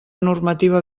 normativa